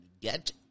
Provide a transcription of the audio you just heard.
Get